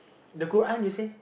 the quote one you say